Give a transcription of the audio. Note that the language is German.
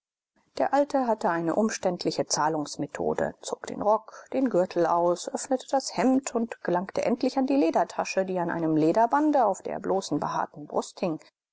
der alte hatte eine umständliche zahlungsmethode zog den rock den gürtel aus öffnete das hemd und gelangte endlich an die ledertasche die an einem lederbande auf der bloßen behaarten brust hing